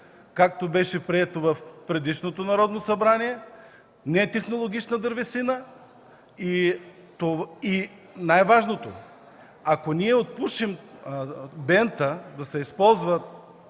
както беше прието в предишното Народно събрание, нетехнологична дървесина. И най-важното, ако ние отпушим бента да се използват